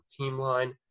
Teamline